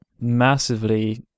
massively